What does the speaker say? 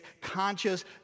conscious